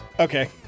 Okay